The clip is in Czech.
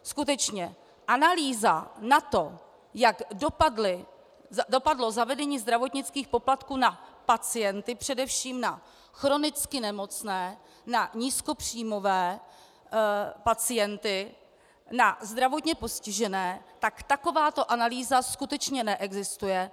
Skutečně, analýza na to, jak dopadlo zavedení zdravotnických poplatků na pacienty, především na chronicky nemocné, na nízkopříjmové pacienty, na zdravotně postižené, tak takováto analýza skutečně neexistuje.